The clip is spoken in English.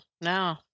no